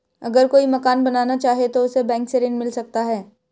अगर कोई मकान बनाना चाहे तो उसे बैंक से ऋण मिल सकता है?